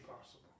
possible